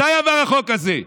מתי עבר החוק הזה?